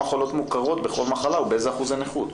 חולות מוכרות בכל מחלה ובאיזה אחוזי נכות.